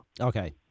Okay